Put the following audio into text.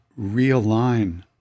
realign